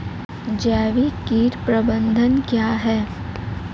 जैविक कीट प्रबंधन क्या है?